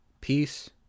peace